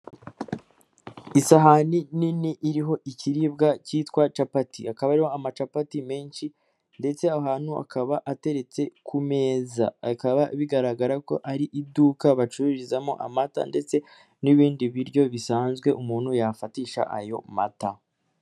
Isahani nini iriho ikiribwa kitwa capati, hakaba hariho amatapati menshi ndetse aho hantu akaba ateretse ku meza, akaba bigaragara ko ari iduka bacururizamo amata ndetse n'ibindi biryo bisanzwe umuntu yafatisha ayo mata.